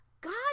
God